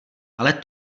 ale